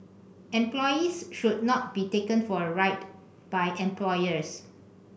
employees should not be taken for a ride by employers